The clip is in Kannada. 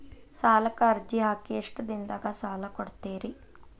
ಸಾಲಕ ಅರ್ಜಿ ಹಾಕಿ ಎಷ್ಟು ದಿನದಾಗ ಸಾಲ ಕೊಡ್ತೇರಿ?